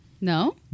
No